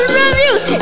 reviews